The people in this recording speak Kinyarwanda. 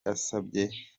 asabye